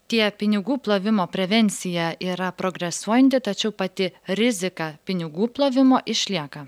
tie pinigų plovimo prevencija yra progresuojanti tačiau pati rizika pinigų plovimo išlieka